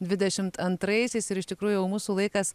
dvidešimt antraisiais ir iš tikrųjų jau mūsų laikas